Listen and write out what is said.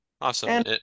awesome